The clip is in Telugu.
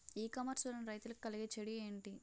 ఈ కామర్స్ వలన రైతులకి కలిగే చెడు ఎంటి?